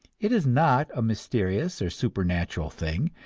it is not a mysterious or supernatural thing,